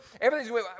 Everything's